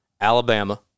Alabama